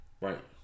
Right